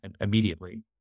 immediately